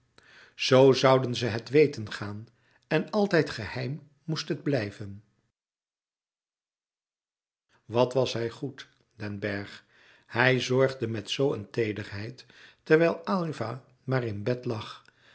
zoo zouden ze het weten gaan en altijd geheim moest het blijven wat was hij goed den bergh hij zorgde met zoo een teederheid terwijl aylva maar in bed lag